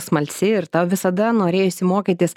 smalsi ir tau visada norėjosi mokytis